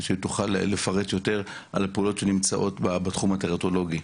שתוכל לפרט יותר על הפעולות שנמצאות בתחום הטרטולוגי.